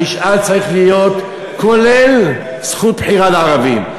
המשאל צריך לכלול זכות בחירה לערבים,